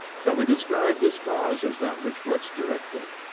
shall we describe this cause as that which works directly?